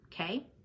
okay